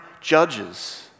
judges